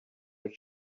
will